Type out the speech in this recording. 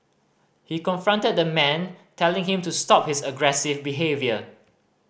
he confronted the man telling him to stop his aggressive behaviour